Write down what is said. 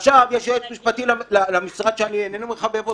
ועכשיו יש יועץ משפטי למשרד שאני אינני מחבב אותו,